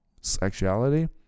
sexuality